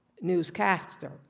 newscaster